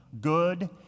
good